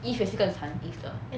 eve 也是更惨 eve 的